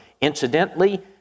Incidentally